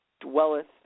dwelleth